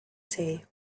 sea